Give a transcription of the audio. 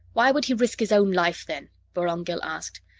why would he risk his own life then? vorongil asked.